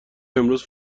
امروز